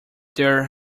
there